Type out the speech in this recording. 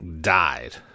died